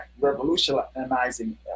revolutionizing